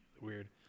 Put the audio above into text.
Weird